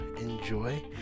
enjoy